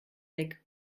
weg